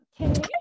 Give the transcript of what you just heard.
okay